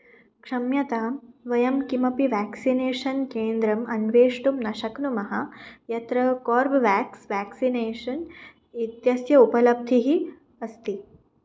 क्षम्यतां वयं किमपि व्याक्सिनेषन् केन्द्रम् अन्वेष्टुं न शक्नुमः यत्र कोर्ब्वेक्स् व्याक्सिनेषन् इत्यस्य उपलब्धिः अस्ति